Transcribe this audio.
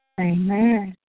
Amen